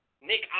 Nick